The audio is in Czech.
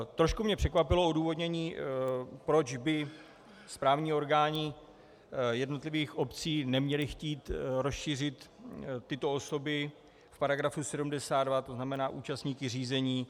Trošku mě překvapilo odůvodnění, proč by správní orgány jednotlivých obcí neměly chtít rozšířit tyto osoby v § 72, to znamená o účastníky řízení.